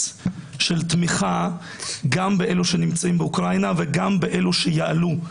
של תמיכה גם באלה שנמצאים באוקראינה וגם באלה שיעלו.